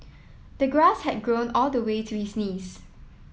the grass had grown all the way to his knees